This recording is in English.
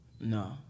No